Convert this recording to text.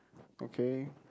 okay